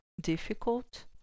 difficult